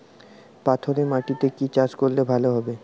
পাথরে মাটিতে কি চাষ করলে ভালো হবে?